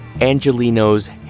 Angelino's